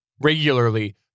regularly